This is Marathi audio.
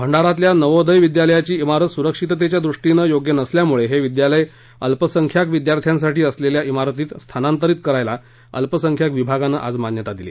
भंडारातल्या नवोदय विद्यालयाची इमारत सुरक्षेच्या द्वष्टीने योग्य नसल्यामुळे हे विद्यालय अल्पसंख्याक विद्यार्थ्यांसाठी असलेल्या इमारतीत स्थानांतरित करायला अल्पसंख्याक विभागानं आज मान्यता दिली